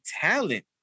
talent